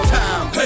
time